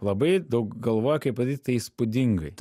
labai daug galvoja kaip padaryt tai įspūdingai